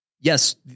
Yes